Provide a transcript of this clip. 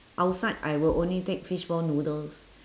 outside I will only take fishball noodles